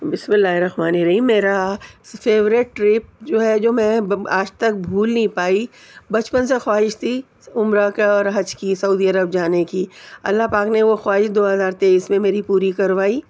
بسم اللہ الرحمٰن الرحیم میرا فیوریٹ ٹرپ جو ہے جو میں آج تک بھول نہیں پائی بچپن سے خواہش تھی عمرہ کا اور حج کی سعودی عرب جانے کی اللہ پاک نے وہ خواہش دو ہزار تیئس میں میری پوری کروائی